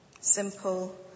Simple